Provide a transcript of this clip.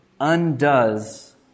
undoes